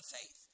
faith